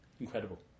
Incredible